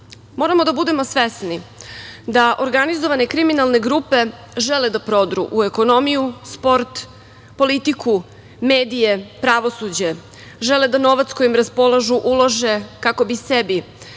pravdi. Moramo da budemo svesni da organizovane kriminalne grupe žele da prodru u ekonomiju, sport, politiku, medije, pravosuđe. Žele da novac kojim raspolažu ulože kako bi sebi